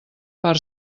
per